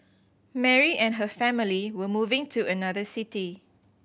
Mary and her family were moving to another city